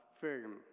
firm